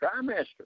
trimester